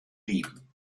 leben